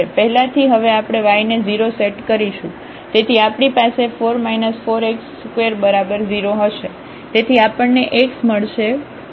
પહેલાથી હવે આપણે y ને 0 સેટ કરીશું તેથી આપણી પાસે 4 4 x2બરાબર 0 હશે તેથી આપણને x મળશે ± 1 ની બરાબર છે